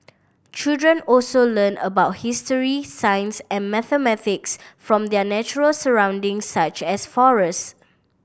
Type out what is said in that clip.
children also learn about history science and mathematics from their natural surrounding such as forest